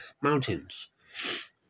mountains